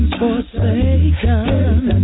forsaken